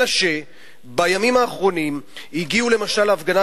אלא שבימים האחרונים הגיעו למשל להפגנה